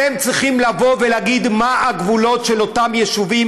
אתם צריכים לבוא ולהגיד מה הגבולות של אותם יישובים,